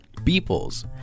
Beeple's